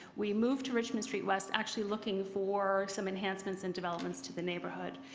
we moved to richmond street west actually looking for some enhancements in developments to the neighbourhood.